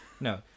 no